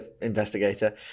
investigator